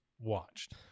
watched